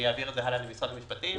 אעביר את זה הלאה למשרד המשפטים.